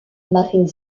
marine